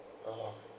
orh